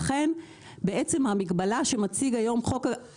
לכן היום חוק הגנת הצרכן פוגע במלונות באופן ישיר,